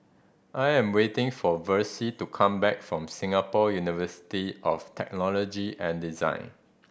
I am waiting for Versie to come back from Singapore University of Technology and Design